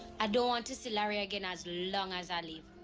ah don't want to see larry again as long as i live.